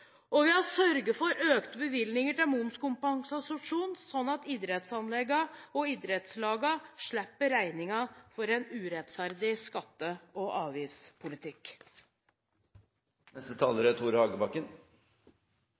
Og vi har sørget for økte bevilgninger til momskompensasjon, sånn at idrettsanleggene og idrettslagene slipper regningen for en urettferdig skatte- og